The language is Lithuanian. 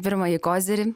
pirmąjį kozirį